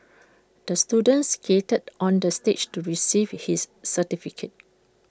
the student skated onto the stage to receive his certificate